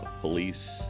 police